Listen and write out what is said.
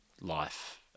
life